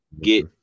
get